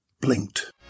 Blinked